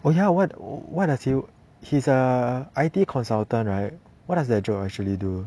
oh ya what what does he he's I_T consultant right what does that job actually do